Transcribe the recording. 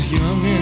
young